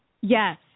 Yes